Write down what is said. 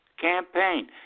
campaign